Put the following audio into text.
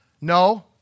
No